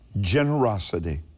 generosity